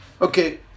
Okay